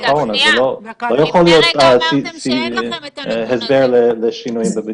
אז זה לא יכול להיות הסבר לשינויים בבדיקות.